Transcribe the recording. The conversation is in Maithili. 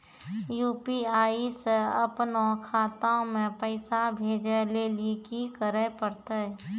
यू.पी.आई से अपनो खाता मे पैसा भेजै लेली कि करै पड़तै?